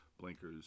blinkers